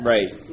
Right